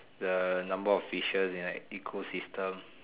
the number of fishes in like ecosystem